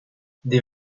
des